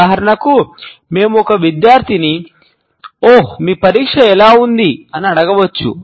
ఉదాహరణకు మేము ఒక విద్యార్థిని 'ఓహ్ మీ పరీక్ష ఎలా ఉంది' అని అడగవచ్చు